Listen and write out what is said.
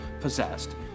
possessed